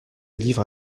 livre